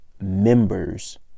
members